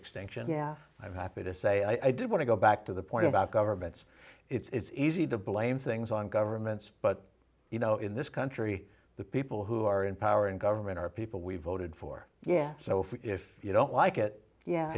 extinction yeah i've happy to say i do want to go back to the point about governments it's easy to blame things on governments but you know in this country the people who are in power in government are people we voted for yeah so if you don't like it yeah